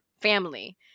family